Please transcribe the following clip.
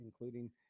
including